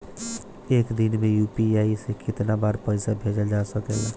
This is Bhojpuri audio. एक दिन में यू.पी.आई से केतना बार पइसा भेजल जा सकेला?